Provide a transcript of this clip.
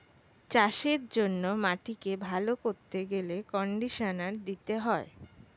চাষের জন্য মাটিকে ভালো করতে গেলে কন্ডিশনার দিতে হয়